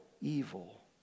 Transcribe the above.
evil